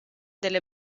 delle